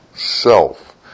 Self